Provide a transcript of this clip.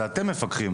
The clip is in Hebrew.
זה אתם מפקחים,